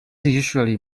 usually